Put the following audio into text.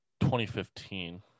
2015